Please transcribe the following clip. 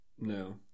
no